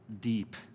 deep